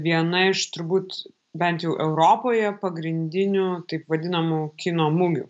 viena iš turbūt bent jau europoje pagrindinių taip vadinamų kino mugių